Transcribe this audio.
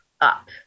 up